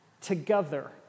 together